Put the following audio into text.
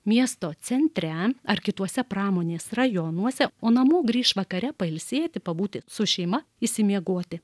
miesto centre ar kituose pramonės rajonuose o namo grįš vakare pailsėti pabūti su šeima išsimiegoti